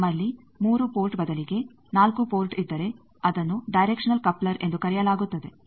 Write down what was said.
ನಮ್ಮಲ್ಲಿ 3 ಪೋರ್ಟ್ ಬದಲಿಗೆ 4 ಪೋರ್ಟ್ ಇದ್ದರೆ ಅದನ್ನು ಡೈರೆಕ್ಷನಲ್ ಕಪ್ಲರ್ ಎಂದು ಕರೆಯಲಾಗುತ್ತದೆ